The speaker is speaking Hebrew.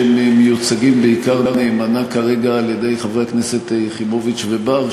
נדמה לי שהם מיוצגים נאמנה כרגע בעיקר על-ידי חברי הכנסת יחימוביץ ובר,